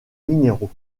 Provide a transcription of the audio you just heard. minéraux